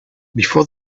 before